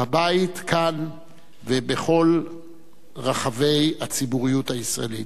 בבית כאן ובכל רחבי הציבוריות הישראלית.